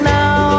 now